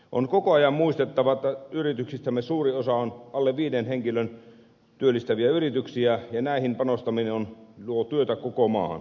on koko ajan muistettava että yrityksistämme suuri osa on alle viisi henkilöä työllistäviä yrityksiä ja näihin panostaminen luo työtä koko maahan